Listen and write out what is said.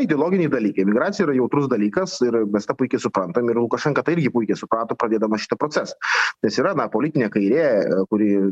ideologiniai dalykai imigracija yra jautrus dalykas ir mes tą puikiai suprantam ir lukašenka tą irgi puikiai suprato padėdamas šitą procesą nes yra na politinė kairė kuri